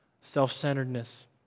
self-centeredness